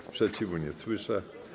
Sprzeciwu nie słyszę.